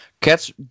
cats